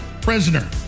prisoner